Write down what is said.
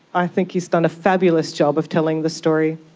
i think he's done a fabulous job of telling the story,